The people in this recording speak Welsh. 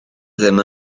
ddim